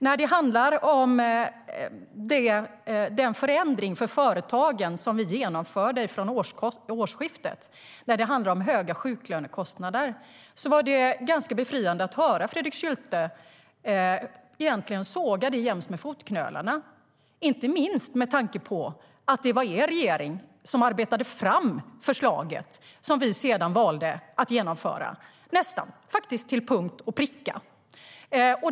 När det handlar om den förändring för företagen som vi genomförde från årsskiftet gällande höga sjuklönekostnader var det ganska befriande att höra Fredrik Schulte egentligen såga detta jäms med fotknölarna, inte minst med tanke på att det var er regering som arbetade fram det förslag som vi sedan valde att genomföra nästan till punkt och pricka.